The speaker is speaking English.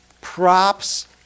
props